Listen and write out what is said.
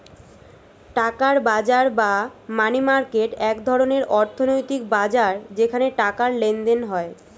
টাকার বাজার বা মানি মার্কেট এক ধরনের অর্থনৈতিক বাজার যেখানে টাকার লেনদেন হয়